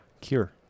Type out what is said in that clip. Cure